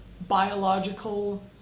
biological